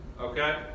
Okay